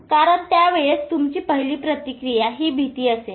कारण त्यावेळेस तुमची पहिली प्रतिक्रिया ही भीती असेल